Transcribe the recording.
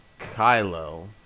Kylo